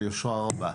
ביושרה רבה,